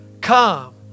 come